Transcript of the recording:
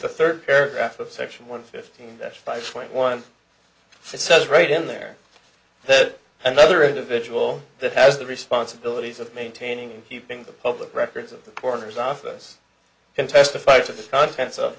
the third paragraph of section one fifteen there five point one he says right in there that another individual that has the responsibilities of maintaining keeping the public records of the coroner's office can testify to the contents of